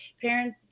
parent